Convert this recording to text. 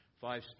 five